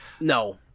No